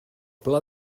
pla